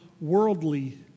worldly